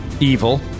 evil